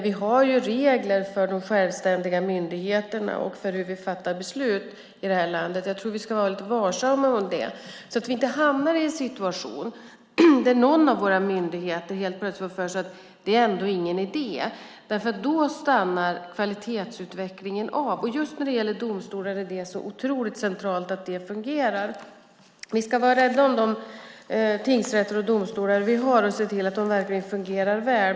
Vi har regler för de självständiga myndigheterna och för hur vi fattar beslut i det här landet. Jag tror att vi ska vara lite varsamma med det så att vi inte hamnar i en situation där någon av våra myndigheter helt plötsligt får för sig att det inte är någon idé. Då stannar kvalitetsutvecklingen av, och just när det gäller domstolar är det så otroligt centralt att den fungerar. Vi ska vara rädda om de tingsrätter och domstolar vi har och se till att de verkligen fungerar väl.